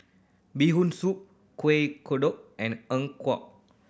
Bee Hoon Soup Kueh Kodok and eng